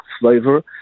flavor